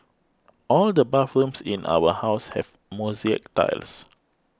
all the bathrooms in our house have mosaic tiles